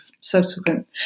subsequent